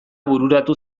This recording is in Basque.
bururatu